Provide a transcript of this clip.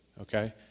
okay